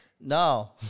No